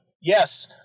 yes